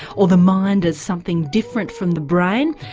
or the mind as something different from the brain.